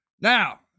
Now